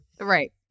Right